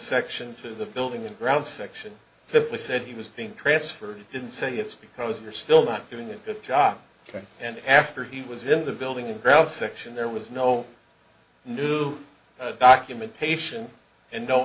section to the building and grounds section simply said he was being transferred didn't say it's because you're still not doing a good job can and after he was in the building ground section there was no new documentation and no